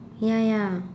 ya ya